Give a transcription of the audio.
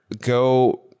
go